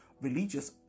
religious